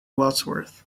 wadsworth